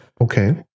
Okay